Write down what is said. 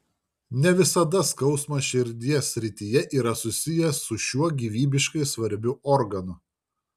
ne visada skausmas širdies srityje yra susijęs su šiuo gyvybiškai svarbiu organu